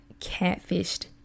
catfished